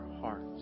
hearts